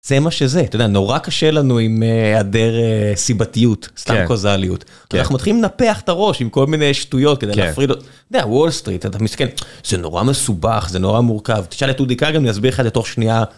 זה מה שזה אתה יודע נורא קשה לנו עם היעדר סיבתיות סתם קוזליות אנחנו מתחילים לנפח את הראש עם כל מיני שטויות כדי להפריד את ה... וול סטריט, אתה מסתכלף אתה יודע, זה נורא מסובך זה נורא מורכב, תשאל את אודי כרם אני יסביר לך את זה תוך שנייה...